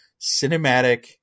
cinematic